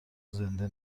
زنده